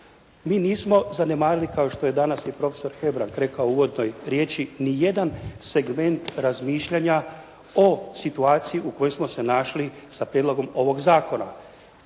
Mi nismo zanemarili, kao što je danas i profesor Hebrang rekao u uvodnoj riječi, nijedan segment razmišljanja o situaciji u kojoj smo se našli sa prijedlogom ovog zakona,